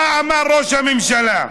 מה אמר ראש הממשלה?